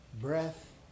breath